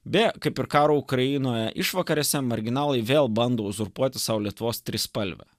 beje kaip ir karo ukrainoje išvakarėse marginalai vėl bando uzurpuoti sau lietuvos trispalvę